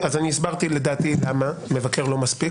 אני הסברתי לדעתי למה מבקר לא מספיק.